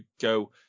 go